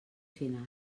final